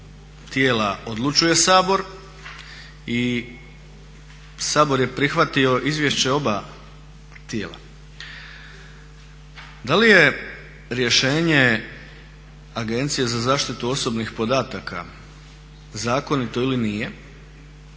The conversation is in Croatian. tijela odlučuje Sabor i Sabor je prihvatio izvješće oba tijela. Da li je rješenje Agencije za zaštitu osobnih podataka zakonito ili nije